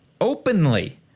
openly